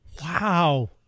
Wow